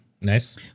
nice